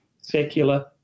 secular